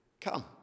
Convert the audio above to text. come